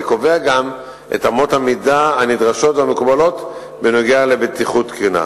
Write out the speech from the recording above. וקובע גם את אמות המידה הנדרשות והמקובלות בנוגע לבטיחות קרינה.